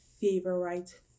favorite